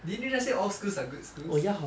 didn't you just say all schools are good schools